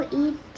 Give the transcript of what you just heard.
eat